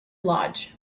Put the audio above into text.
lodge